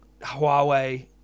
Huawei